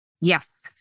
Yes